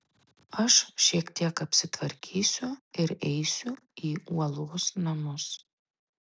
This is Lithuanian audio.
aš šiek tiek apsitvarkysiu ir eisiu į uolos namus